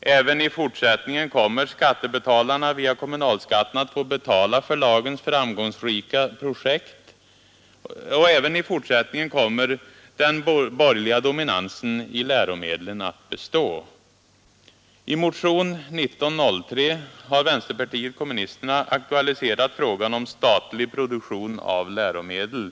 Även i fortsättningen kommer skattebetalarna att via kommunalskatten få betala förlagens framgångsrika projekt, och även i fortsättningen kommer den borgerliga dominansen i läromedlen att bestå. I motionen 1903 har vänsterpartiet kommunisterna aktualiserat frågan om statlig produktion av läromedel.